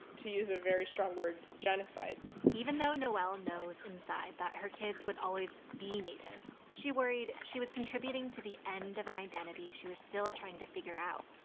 to use a very strong word genocide even though noelle knows inside that her kids would always be native, she worried she was contributing to the end of an identity she was still trying to figure out.